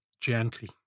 gently